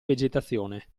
vegetazione